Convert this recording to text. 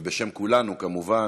ובשם כולנו כמובן,